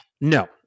No